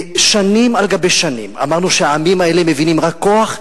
שנים על גבי שנים אמרנו שהעמים האלה מבינים רק כוח,